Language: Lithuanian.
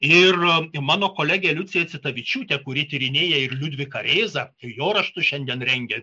ir mano kolegė liucija citavičiūtė kuri tyrinėja ir liudviką rėzą ir jo raštus šiandien rengia